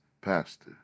pastor